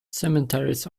cemeteries